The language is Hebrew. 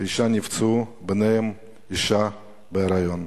תשעה נפצעו, ביניהם אשה בהיריון,